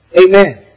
Amen